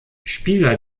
spieler